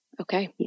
Okay